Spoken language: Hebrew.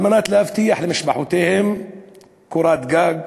כדי להבטיח למשפחותיהם קורת גג